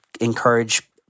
encourage